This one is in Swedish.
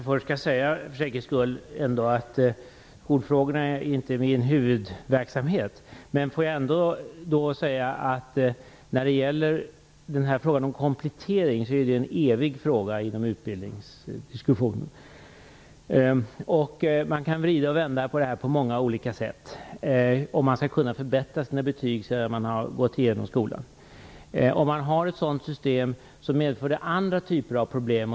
Fru talman! Skolfrågorna är ju inte min huvudverksamhet. Frågan om komplettering är en evig fråga i utbildningssammanhang. Man kan vrida och vända på detta på många sätt. Om man har ett system som innebär att man kan förbättra sina betyg sedan man avslutat skolan medför det andra typer av problem.